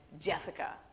Jessica